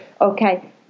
okay